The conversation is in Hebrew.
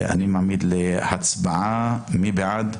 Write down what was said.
מי בעד?